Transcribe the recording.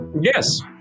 Yes